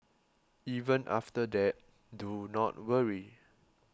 even after that do not worry